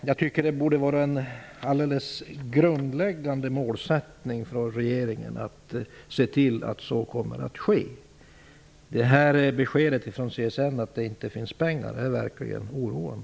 Jag tycker att det borde vara en grundläggande målsättning för regeringen att se till att så kommer att ske. Beskedet från CSN att det inte finns pengar är verkligen oroande.